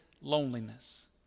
loneliness